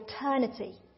eternity